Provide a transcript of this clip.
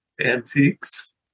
antiques